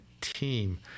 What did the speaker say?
team